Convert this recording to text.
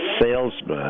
salesman